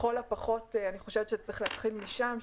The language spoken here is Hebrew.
לכל הפחות אני חושבת שצריך להתחיל משם,